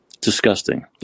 Disgusting